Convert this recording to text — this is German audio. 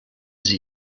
sie